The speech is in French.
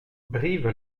brive